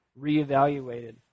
reevaluated